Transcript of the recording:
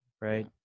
right